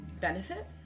benefit